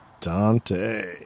Dante